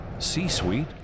C-Suite